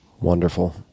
Wonderful